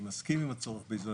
אני מסכים עם הצורך באיזונים,